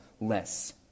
less